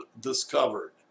discovered